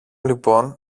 λοιπόν